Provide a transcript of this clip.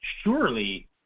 surely